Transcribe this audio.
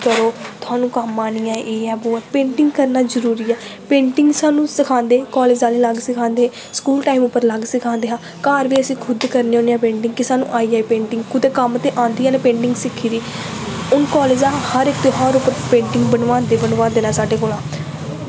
करो थोआनू कम्म आनी ऐ एह् ऐ बो ऐ पेंटिंग करना जरूरी ऐ पेंटिंग सानूं सखांदे कालेज आह्ले अलग सखांदे स्कूल टाईम पर अलग सखांदे हे घर बी अस खुद करने होन्ने आं पेंटिंग कि सानूं आई जाए पेंटिंग कुतै कम्म ते आंदी ऐ ना पेंटिंग सिक्खी दी हून कालेज हर इक त्याहर उप्पर पेंटिंग बनवांदे गै बनवांदे न साढ़े कोला